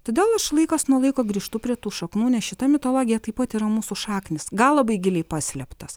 todėl aš laikas nuo laiko grįžtu prie tų šaknų nes šita mitologija taip pat yra mūsų šaknys gal labai giliai paslėptos